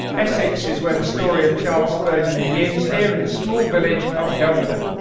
essex is where the story of charles spurgeon begins, here in the small village of kelvedon.